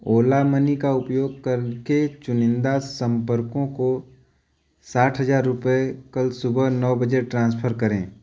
ओला Money का उपयोग करके चुनिंदा संपर्कों को साठ हज़ार रुपये कल सुबह नौ बजे ट्रांसफ़र करें